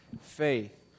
faith